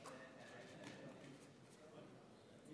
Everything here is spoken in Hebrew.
אני